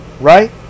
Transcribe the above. right